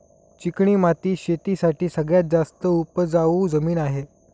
चिकणी माती शेती साठी सगळ्यात जास्त उपजाऊ जमीन आहे